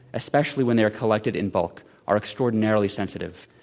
especially when they're collected in b ulk, are extraordinarily sensitive.